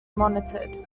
monitored